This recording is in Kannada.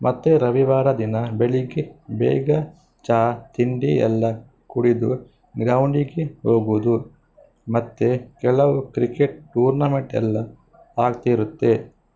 ಮತ್ತು ರವಿವಾರ ದಿನ ಬೆಳಗ್ಗೆ ಬೇಗ ಚಾ ತಿಂಡಿ ಎಲ್ಲ ಕುಡಿದು ಗ್ರೌಂಡಿಗೆ ಹೋಗುವುದು ಮತ್ತು ಕೆಲವು ಕ್ರಿಕೆಟ್ ಟೂರ್ನಮೆಂಟ್ ಎಲ್ಲ ಆಗ್ತಿರುತ್ತೆ